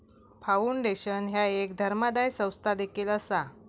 foundation ह्या एक धर्मादाय संस्था देखील असा